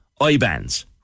IBANs